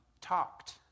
talked